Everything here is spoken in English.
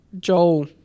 Joel